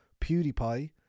PewDiePie